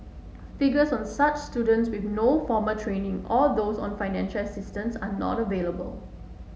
figures on such students with no formal training or those on financial assistance are not available